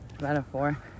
Metaphor